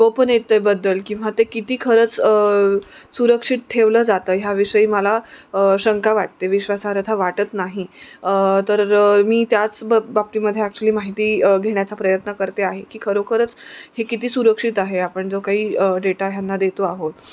गोपनीयतेबद्दल किंवा ते किती खरंच सुरक्षित ठेवलं जातं ह्या विषयी मला शंका वाटते विश्वासार्हता वाटत नाही तर मी त्याच ब बाबतीमध्ये ॲक्च्युली माहिती घेण्याचा प्रयत्न करते आहे की खरोखरच हे किती सुरक्षित आहे आपण जो काही डेटा ह्यांना देतो आहोत